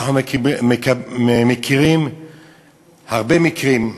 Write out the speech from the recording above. אנחנו מכירים הרבה מקרים.